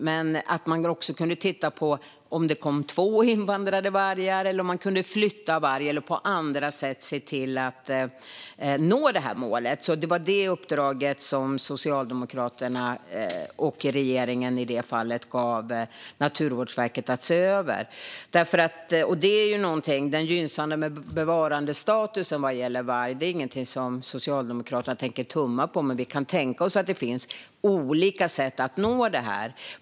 Men man kunde också titta på vad som hände om det kom två invandrade vargar, om man kunde flytta varg eller på andra sätt se till att nå målet. Det var det uppdrag som Socialdemokraterna och regeringen i det fallet gav Naturvårdsverket i uppdrag att se över. Den gynnsamma bevarandestatusen vad gäller varg är ingenting som Socialdemokraterna tänker tumma på, men vi kan tänka oss att det finns olika sätt att nå detta.